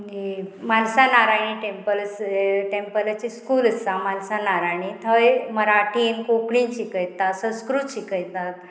मागी म्हालसानारायणी टेंपल टॅम्पलाचे स्कूल आसा म्हालसानारायणी थंय मराठीन कोंकणीन शिकयता संस्कृत शिकयतात